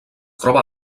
troba